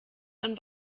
man